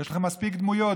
יש לכם מספיק דמויות,